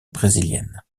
brésiliennes